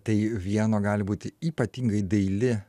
tai vieno gali būti ypatingai daili